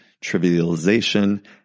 trivialization